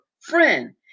friend